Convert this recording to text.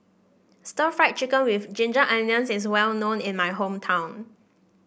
Stir Fried Chicken with Ginger Onions is well known in my hometown